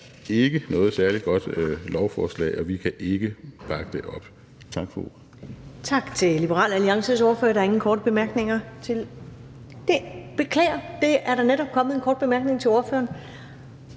ikke noget særlig godt lovforslag, og vi kan ikke bakke det op.